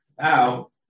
Now